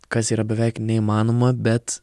kas yra beveik neįmanoma bet